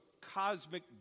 cosmic